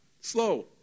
Slow